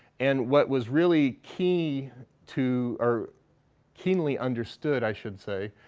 and what was really key to or keenly understood, i should say,